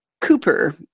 Cooper